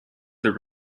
their